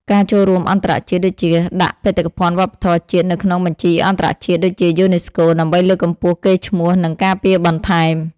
ការចូលរួមអន្តរជាតិ ដូចជាដាក់បេតិកភណ្ឌវប្បធម៌ជាតិនៅក្នុងបញ្ជីអន្តរជាតិ ដូចជា យូណេស្កូ ដើម្បីលើកកម្ពស់កេរ្តិ៍ឈ្មោះ និងការពារបន្ថែម។